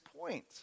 point